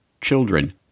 children